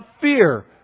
fear